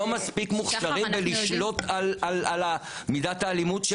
מספיק מוכשרים בלשלוט על מידת האלימות שלהם.